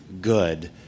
good